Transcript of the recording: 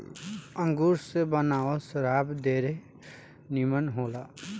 अंगूर से बनावल शराब ढेरे निमन होला